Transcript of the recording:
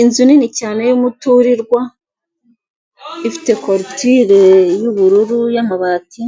inzu nini cyane yumuturirwa ifite korutire yubururu yamabati